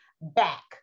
back